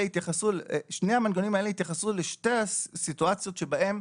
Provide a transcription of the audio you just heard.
שני המנגנונים האלה התייחסו לשתי הסיטואציות שבהן,